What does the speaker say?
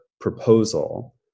proposal